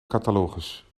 catalogus